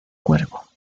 cuervo